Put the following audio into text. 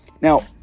Now